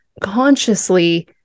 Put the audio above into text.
consciously